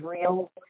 real